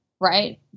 right